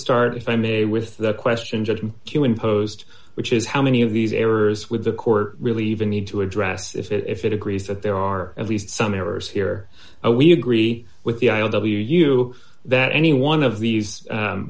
start if i may with that question just to imposed which is how many of these errors with the court really even need to address it if it agrees that there are at least some errors here we agree with the i o w that any one of these